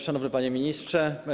Szanowny Panie Ministrze!